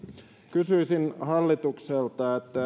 kysyisin hallitukselta